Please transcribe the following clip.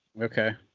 Okay